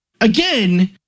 again